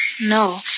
No